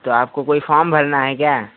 तो आपको कोई फॉर्म भरना है क्या